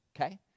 Okay